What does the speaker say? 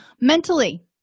Mentally